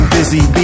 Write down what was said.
Busy